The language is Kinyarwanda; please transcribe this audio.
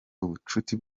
ubucuti